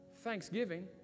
thanksgiving